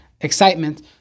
excitement